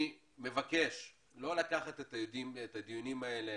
אני מבקש לא לקחת את הדיונים האלה